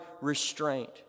restraint